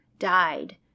Died